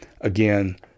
again